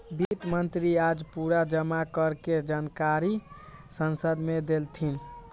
वित्त मंत्री आज पूरा जमा कर के जानकारी संसद मे देलथिन